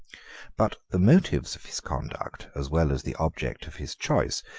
but the motives of his conduct, as well as the object of his choice,